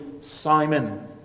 Simon